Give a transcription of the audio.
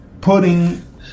putting